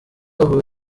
aho